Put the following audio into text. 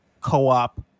co-op